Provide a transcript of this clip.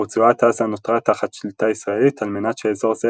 ורצועת עזה נותרה תחת שליטה ישראלית על מנת שאזור זה